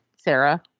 Sarah